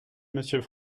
monsieur